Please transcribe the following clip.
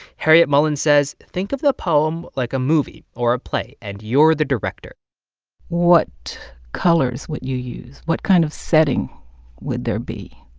harryette mullen says think of the poem like a movie or a play, and you're the director what colors would you use? what kind of setting would there be?